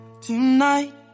tonight